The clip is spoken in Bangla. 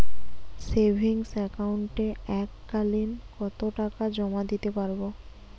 সেভিংস একাউন্টে এক কালিন কতটাকা জমা দিতে পারব?